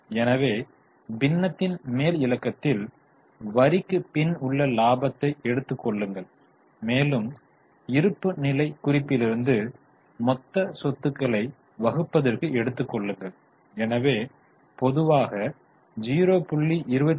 எனவே பின்னத்தின் மேல் இலக்கத்தில் வரிக்குப் பின் உள்ள லாபத்தை எடுத்துக் கொள்ளுங்கள் மேலும் இருப்புநிலைக் குறிப்பிலிருந்து மொத்த சொத்துக்களை வகுப்பதற்கு எடுத்துக் கொள்ளுங்கள் எனவே பொதுவாக 0